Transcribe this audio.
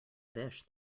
dish